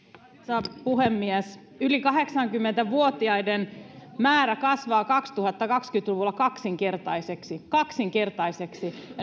arvoisa puhemies yli kahdeksankymmentä vuotiaiden määrä kasvaa kaksituhattakaksikymmentä luvulla kaksinkertaiseksi kaksinkertaiseksi